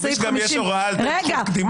סעיף --- יש הוראה גם על תן זכות קדימה.